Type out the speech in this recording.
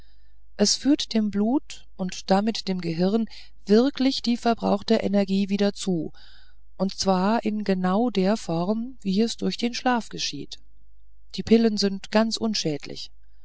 es führt dem blut und damit dem gehirn wirklich die verbrauchte energie wieder zu und zwar genau in der form wie es durch den schlaf geschieht die pillen sind ganz unschädlich